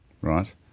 Right